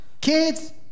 kids